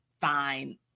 fine